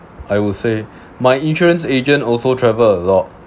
I will say my insurance agent also travel a lot